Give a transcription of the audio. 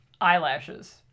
eyelashes